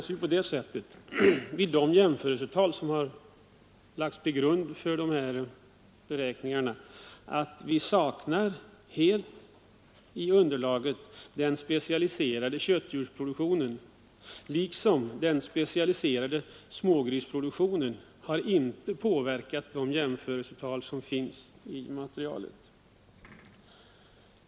I det jämförelsematerial som lagts till grund för beräkningarna saknas dessutom den specialiserade köttdjursproduktionen. Inte heller den specialiserade smågrisproduktionen har påverkat jämförelsetalet.